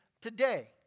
today